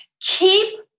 Keep